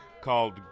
called